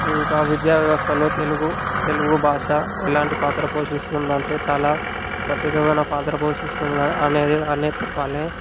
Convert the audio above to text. ఇంకా విద్యా వ్యవస్థలో తెలుగు తెలుగు భాష ఎలాంటి పాత్ర పోషిస్తుంది అంటే చాలా ప్రత్యేకమైన పాత్ర పోషిస్తుంది అనేది అనే చెప్పాలి